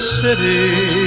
city